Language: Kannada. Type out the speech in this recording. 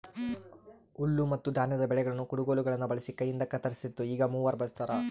ಹುಲ್ಲುಮತ್ತುಧಾನ್ಯದ ಬೆಳೆಗಳನ್ನು ಕುಡಗೋಲುಗುಳ್ನ ಬಳಸಿ ಕೈಯಿಂದಕತ್ತರಿಸ್ತಿತ್ತು ಈಗ ಮೂವರ್ ಬಳಸ್ತಾರ